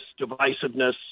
divisiveness